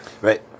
Right